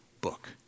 book